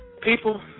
People